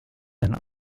and